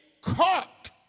caught